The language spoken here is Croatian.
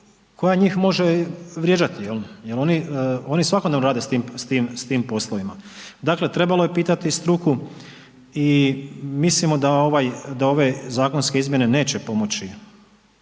koja njih može vrijeđati jel, jel oni svakodnevno rade s tim poslovima. Dakle, trebalo je pitati struku i mislimo da ove zakonske izmjene neće pomoći